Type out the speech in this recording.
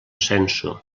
sensu